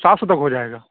سات سو تک ہو جائے گا